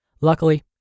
Luckily